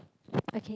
okay